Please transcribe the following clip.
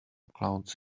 clouds